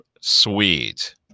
Sweet